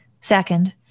second